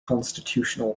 constitutional